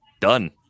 done